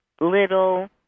little